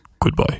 Goodbye